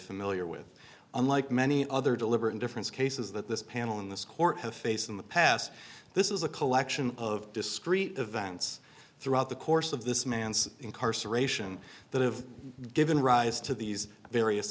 familiar with unlike many other deliberate indifference cases that this panel in this court has faced in the past this is a collection of discrete events throughout the course of this man's incarceration that have given rise to these various